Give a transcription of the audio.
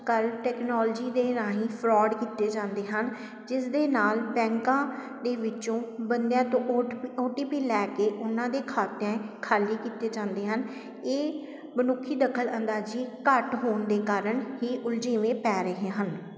ਕੱਲ੍ਹ ਟੈਕਨੋਲਜੀ ਦੇ ਰਾਹੀਂ ਫਰੋਡ ਕੀਤੇ ਜਾਂਦੇ ਹਨ ਜਿਸ ਦੇ ਨਾਲ਼ ਬੈਂਕਾਂ ਦੇ ਵਿੱਚੋਂ ਬੰਦਿਆਂ ਤੋਂ ਓਟ ਓ ਟੀ ਪੀ ਲੈ ਕੇ ਉਨ੍ਹਾਂ ਦੇ ਖ਼ਾਤੇ ਖ਼ਾਲੀ ਕੀਤੇ ਜਾਂਦੇ ਹਨ ਇਹ ਮਨੁੱਖੀ ਦਖਲਅੰਦਾਜ਼ੀ ਘੱਟ ਹੋਣ ਦੇ ਕਾਰਨ ਹੀ ਉਲਝੇਵੇ ਪੈ ਰਹੇ ਹਨ